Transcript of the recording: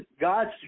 God's